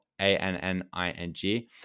A-N-N-I-N-G